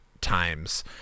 times